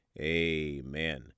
amen